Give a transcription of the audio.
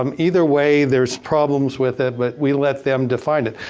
um either way there's problems with it, but we let them define it.